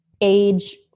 age